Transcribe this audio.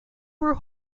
were